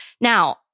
Now